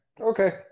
Okay